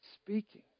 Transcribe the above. speaking